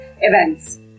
events